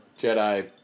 Jedi